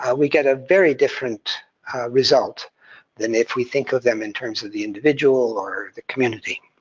ah we get a very different result than if we think of them in terms of the individual or the community.